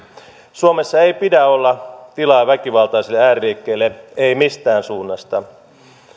suomessa ei pidä olla tilaa väkivaltaisille ääriliikkeille ei mistään suunnasta